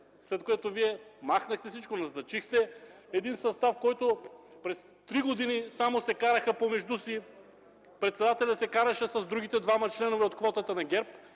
след което Вие махнахте всички. Назначихте един състав, които през трите години само се караха помежду си, председателят се караше с другите двама членове от квотата на ГЕРБ